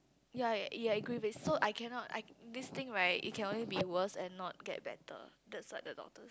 ya ya I agree with so I cannot I this thing right it can only be worse and not get better that's what the doctor